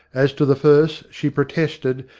as to the first, she protested,